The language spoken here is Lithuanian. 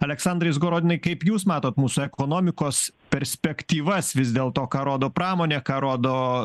aleksandrai izgorodinai kaip jūs matot mūsų ekonomikos perspektyvas vis dėl to ką rodo pramonė ką rodo